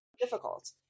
difficult